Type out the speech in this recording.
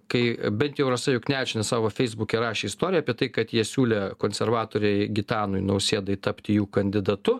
kai bent jau rasa juknevičienė savo feisbuke rašė istoriją apie tai kad jie siūlė konservatoriai gitanui nausėdai tapti jų kandidatu